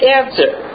answer